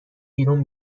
بیرون